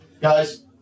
Guys